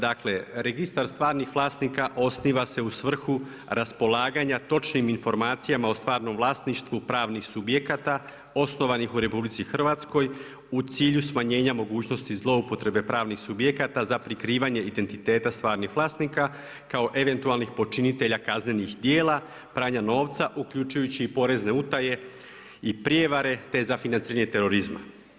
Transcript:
Dakle, registar stvarnih vlasnika osniva se u svrhu raspolaganja točnih informacija o stvarnom vlasništvu pravnih subjekata, osnovanih u RH, u cilju smanjenja mogućnosti zloupotrebe pravnih subjekata za prekrivanja identiteta stvarnih vlasnika, kao eventualnih počinitelja kaznenih dijela, pranje novca, uključujući i porezne utaje i prijevare ta za financiranje terorizma.